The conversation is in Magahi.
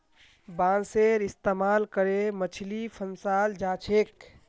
बांसेर इस्तमाल करे मछली फंसाल जा छेक